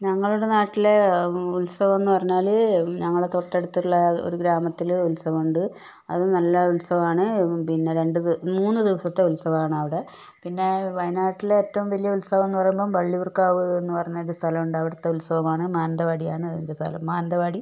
ഞങ്ങളുടെ നാട്ടിലെ ഉത്സവമെന്നു പറഞ്ഞാല് ഞങ്ങളുടെ തൊട്ടടുത്തുള്ള ഒരു ഗ്രാമത്തില് ഉത്സവം ഉണ്ട് അത് നല്ല ഉത്സവമാണ് പിന്നെ രണ്ടു ദിവസം മൂന്ന് ദിവസത്തെ ഉത്സവമാണ് അവിടെ പിന്നെ വയനാട്ടിലെ ഏറ്റവും വലിയ ഉത്സവമെന്നു പറയുമ്പോള് വള്ളിയൂര് കാവ് എന്ന് പറയുന്ന സ്ഥലമുണ്ട് അവിടുത്തെ ഉത്സവമാണ് മാനന്തവാടിയാണ് അതിന്റെ സ്ഥലം മാനന്തവാടി